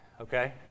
okay